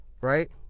right